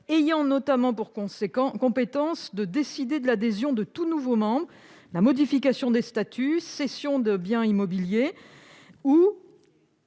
ayant notamment pour compétence de décider de l'adhésion de tout nouveau membre, de la modification des statuts, de la cession de tout bien immobilier